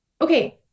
okay